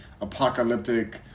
apocalyptic